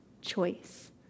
choice